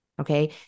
okay